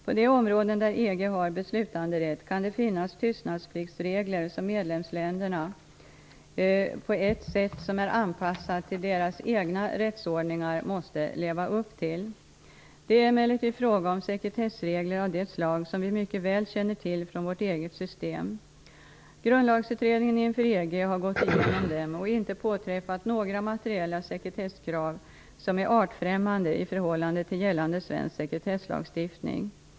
På de områden där EG har beslutanderätt kan det finnas tystnadspliktsregler som medlemsländerna på ett sätt som är anpassat till deras egna rättsordningar måste leva upp till. Det är emellertid fråga om sekretessregler av det slag som vi mycket väl känner till från vårt eget system. Grundlagsutredningen inför EG har gått igenom dem och inte påträffat några materiella sekretesskrav som är artfrämmande i förhållande till gällande svensk sekretesslagstiftning.